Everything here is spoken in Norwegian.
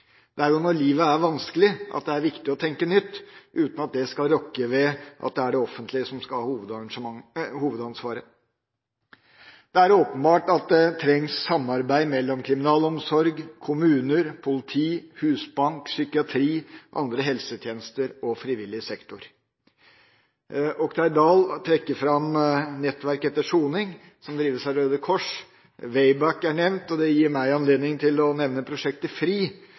Det er jo når livet er vanskelig at det er viktig å tenke nytt, uten at det skal rokke ved at det er det offentlige som skal ha hovedansvaret. Det er åpenbart at det trengs samarbeid mellom kriminalomsorg, kommuner, politi, Husbanken, psykiatri og andre helsetjenester – og frivillig sektor. Oktay Dahl trekker fram Nettverk etter soning, som drives av Røde Kors. WayBack er nevnt. Det gir meg anledning til å nevne prosjektet